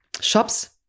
shops